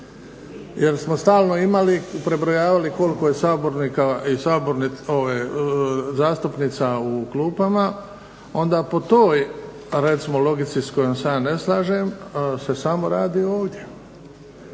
jer smo stalno imali i prebrojavali koliko je zastupnica u klupama, onda po toj logici s kojom se ja ne slažem, se samo radi ovdje.